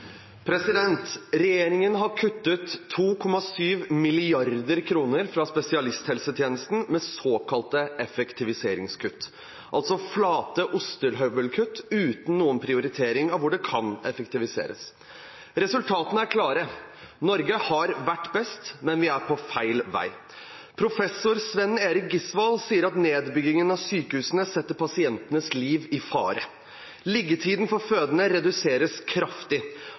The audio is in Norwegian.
spesialisthelsetjenesten med såkalte effektiviseringskutt, altså flate ostehøvelkutt uten noen prioritering av hvor det kan effektiviseres. Resultatene er klare. Norge har vært best, men vi er på feil vei. Professor Sven Erik Gisvold sier at nedbyggingen av sykehusene setter pasientenes liv i fare. Liggetiden for fødende reduseres kraftig.